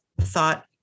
thought